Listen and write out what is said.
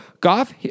Goff